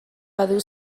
badu